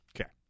okay